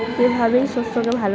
এইভাবেই শস্যকে ভালো রাখা যায়